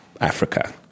Africa